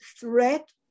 threat